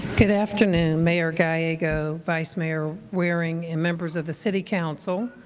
good afternoon mayor gallego, vice mayor waring and members of the city council.